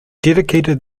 dedicated